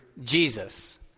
Jesus